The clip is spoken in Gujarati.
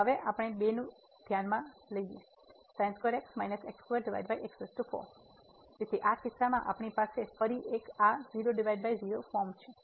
અને હવે આપણે 2 ને ધ્યાનમાં લઈએ તેથી આ કિસ્સામાં આપણી પાસે ફરી આ 00 ફોર્મ છે